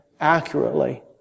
accurately